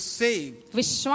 saved